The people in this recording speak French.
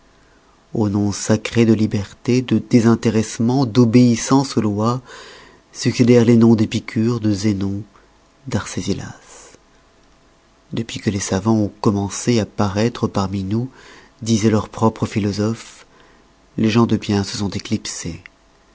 aux noms sacrés de liberté de désintéressement d'obéissance aux lois succédèrent les noms d'epicure de zénon d'arcésilas depuis que les savans ont commencé à paroître parmi nous disoient leurs propres philosophes les gens de bien se sont éclipsés